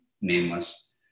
nameless